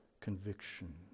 conviction